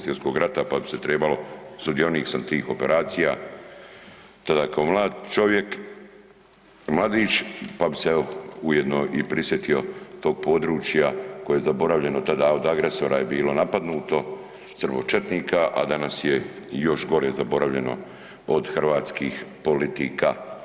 Svjetskog rata, pa bi se trebalo, sudionik sam tih operacija tada kao mlad čovjek, mladić, pa bi se evo ujedno i prisjetio tog područja koje je zaboravljeno, tada od agresora je bilo napadnuto od srbočetnika, a danas je još gore zaboravljeno od hrvatskih politika.